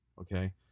okay